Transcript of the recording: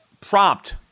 prompt